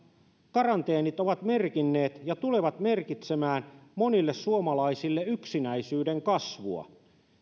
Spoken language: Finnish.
karanteenit ovat merkinneet ja tulevat merkitsemään monille suomalaisille yksinäisyyden kasvua